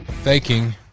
faking